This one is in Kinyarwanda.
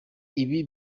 ibi